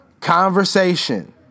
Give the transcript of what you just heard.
Conversation